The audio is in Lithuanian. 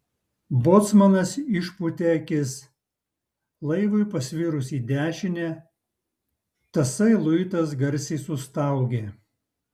bocmanas išpūtė akis laivui pasvirus į dešinę tasai luitas garsiai sustaugė